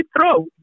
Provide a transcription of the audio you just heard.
throw